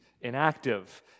inactive